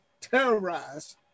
terrorized